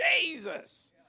Jesus